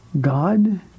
God